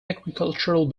agricultural